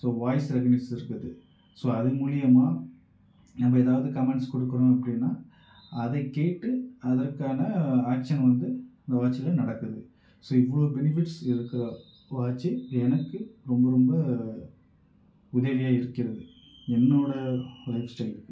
so voice recognise இருக்குது so அது மூலயமா நம்ம ஏதாவது கமெண்ட்ஸ் கொடுக்கணும் அப்படின்னா அதை கேட்டு அதுக்கான ஆக்ஷன் வந்து இந்த வாட்சில் நடக்குது ஸோ இவ்வளோ பெனிஃபிட்ஸ் இருக்கிற வாட்ச்சு எனக்கு ரொம்ப ரொம்ப உதவியாக இருக்கிறது என்னோடய லைஃப்ஸ்டெயில்க்கு